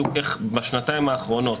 בשנתיים האחרונות,